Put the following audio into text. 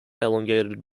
elongated